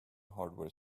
hardware